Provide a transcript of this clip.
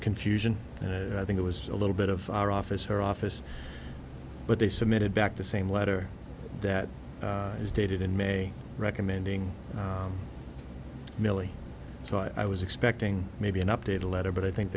confusion and i think it was a little bit of our office her office but they submitted back the same letter that was dated in may recommending milly so i was expecting maybe an update a letter but i think